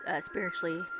spiritually